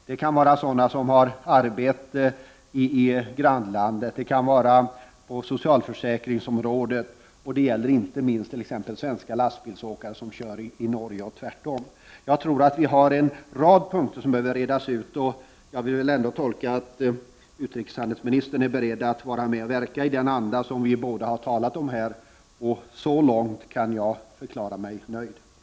Det kan röra sig om personer som har arbete i grannlandet, det kan röra sig om frågor på socialförsäkringsområdet och det kan gälla inte minst svenska lastbilsåkare som kör i Norge, och tvärtom. Vi har enligt min mening en rad punkter som behöver redas ut. Jag vill ändå tolka utrikeshandelsministern så att hon är beredd att vara med och verka i den anda som vi båda har talat om här. Och så långt kan jag förklara — Prot. 1989/90:38 mig nöjd. 4 december 1990